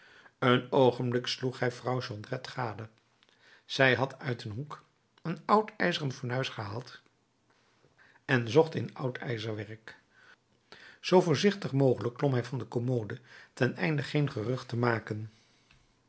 een oogenblik sloeg hij vrouw jondrette gade zij had uit een hoek een oud ijzeren fornuis gehaald en zocht in oud ijzerwerk zoo voorzichtig mogelijk klom hij van de commode ten einde geen gerucht te maken